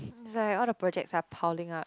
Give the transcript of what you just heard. like all the projects are piling up